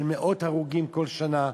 של מאות הרוגים כל שנה.